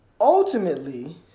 Ultimately